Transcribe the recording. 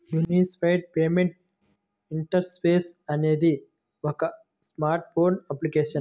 unified payment interface అనేది ఒక smart phone application